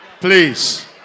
Please